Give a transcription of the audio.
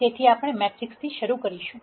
તેથી આપણે મેટ્રિક્સથી શરૂ કરીશું